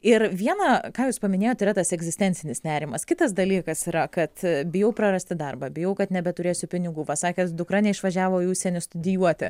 ir viena ką jūs paminėjot yra tas egzistencinis nerimas kitas dalykas yra kad bijau prarasti darbą bijau kad nebeturėsiu pinigų va sakėt dukra neišvažiavo į užsienį studijuoti